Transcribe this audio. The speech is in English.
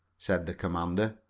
said the commander.